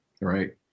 right